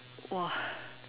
!wah!